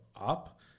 up